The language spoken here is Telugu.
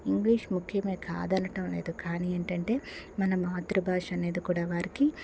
ఇంగ్లీష్ ముఖ్యమే కాదనటం లేదు కానీ ఏంటంటే మన మాతృ భాష అనేది కూడా వారికి